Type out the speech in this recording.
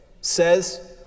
says